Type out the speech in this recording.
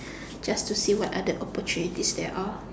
just so see what are the opportunities there are